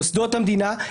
מוסדות המדינה,